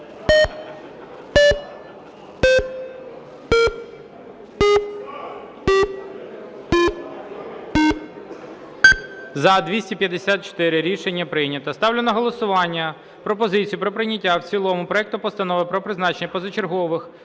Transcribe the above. За-270 Рішення прийнято. Ставлю на голосування пропозицію про прийняття в цілому проекту Постанови про призначення позачергових